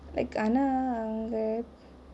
like ஆனா அவங்கே:aana avangae